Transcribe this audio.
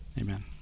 amen